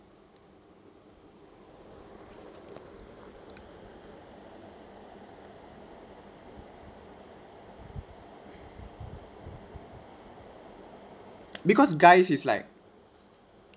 because guy is like